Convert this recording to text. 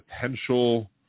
potential